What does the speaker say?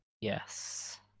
Yes